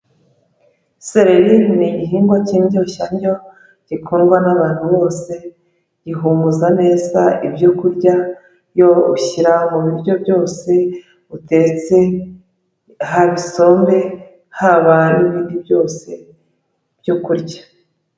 Sereri ni igihingwa cy'indyoshyandyo gikundwa n'abantu bose, gihumuza neza ibyo kurya yo ushyira mu biryo byose utetse haba isombe, haba n'ibindi byose byo kurya.